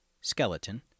skeleton